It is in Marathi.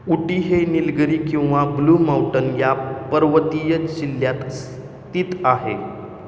उटी हे नीलगिरी किंवा ब्लू माऊंटन या पर्वतीय जिल्ह्यात स्थित आहे